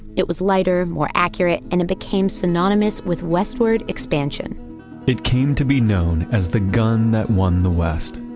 it was lighter, more accurate, and it became synonymous with westward expansion it came to be known as the gun that won the west,